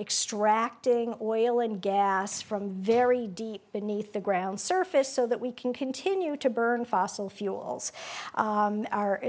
extracting oil and gas from very deep beneath the ground surface so that we can continue to burn fossil fuels our